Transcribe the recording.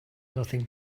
nothing